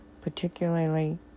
particularly